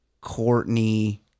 Courtney